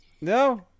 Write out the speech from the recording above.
No